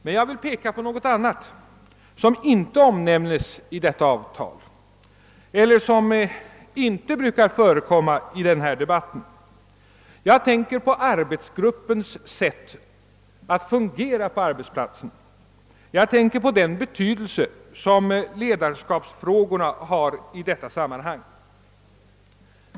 Men jag vill peka på något annat som inte omnämnes i detta avtal och som inte brukar förekomma i denna debatt. Jag tänker på arbetsgruppens sätt att fungera på arbetsplatsen. Jag tänker på den betydelse som ledarskapsfrågorna har i detta sammanhang.